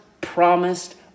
promised